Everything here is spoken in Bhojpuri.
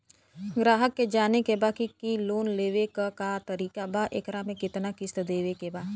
ग्राहक के जाने के बा की की लोन लेवे क का तरीका बा एकरा में कितना किस्त देवे के बा?